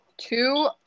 Two